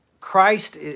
Christ